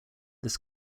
this